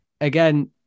again